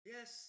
Yes